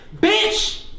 bitch